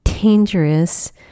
Dangerous